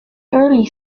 early